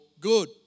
good